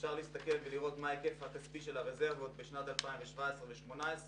אפשר להסתכל ולראות מה ההיקף הכספי של הרזרבות ב-2017 וב-2018.